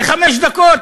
חמש דקות